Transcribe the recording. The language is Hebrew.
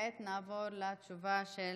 כעת נעבור לתשובה של